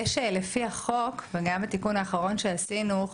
יש לפי החוק וגם בתיקון האחרון שעשינו,